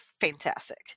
fantastic